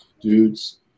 dudes